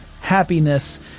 happiness